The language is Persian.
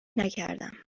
نکردم